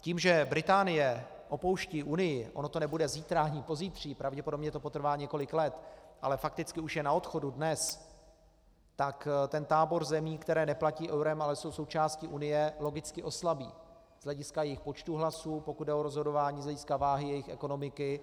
Tím, že Británie opouští Unii, ono to nebude zítra ani pozítří, pravděpodobně to potrvá několik let, ale fakticky už je dnes na odchodu, tak ten tábor zemí, které neplatí eurem, ale jsou součástí Unie, logicky oslabí z hlediska jejich počtu hlasů, pokud jde o rozhodování z hlediska váhy jejich ekonomiky.